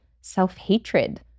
self-hatred